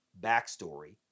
backstory